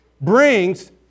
brings